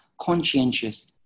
conscientious